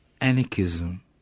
anarchism